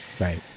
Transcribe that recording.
Right